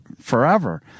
forever